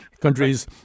countries